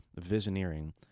visioneering